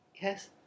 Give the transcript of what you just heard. Yes